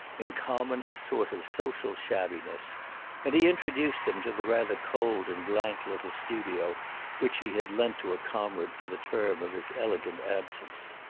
in common a sort of social shabbiness and he introduced them to the rather cold and blank little studio which he had lent to a comrade for the term of his elegant absence.